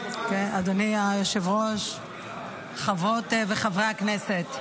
אדוני היושב-ראש, חברות וחברי הכנסת,